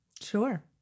Sure